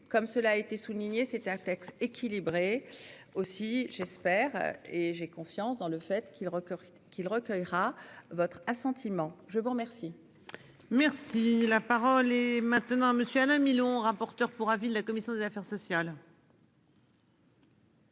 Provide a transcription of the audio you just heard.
comme cela a été souligné, c'est un texte équilibré. Aussi j'espère et j'ai confiance dans le fait qu'ils recrutent qu'il recueillera votre assentiment. Je vous remercie. Merci la parole est maintenant à monsieur Alain Milon, rapporteur pour avis de la commission des affaires sociales.